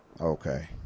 Okay